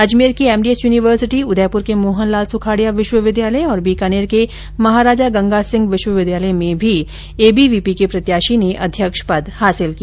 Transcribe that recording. अजमेर की MDS university Udaipur के मोहनलाल सुखाडिया विश्वविद्यालय और बीकानेर के महाराजा गंगासिंह विश्वविद्यालय में भी एबीवीपी के प्रत्याशी ने अध्यक्ष पद हासिल किया